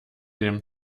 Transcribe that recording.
dem